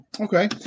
Okay